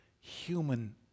human